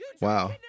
wow